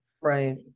Right